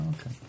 okay